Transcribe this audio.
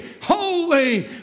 Holy